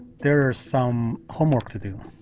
there is some homework to do.